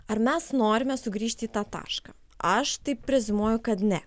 ar mes norime sugrįžti į tą tašką aš taip preziumuoju kad ne